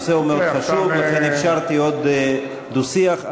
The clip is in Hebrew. הנושא אומנם חשוב, ולכן אפשרתי עוד דו-שיח.